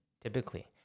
typically